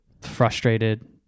frustrated